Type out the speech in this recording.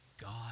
God